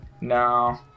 No